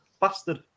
bastard